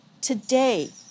today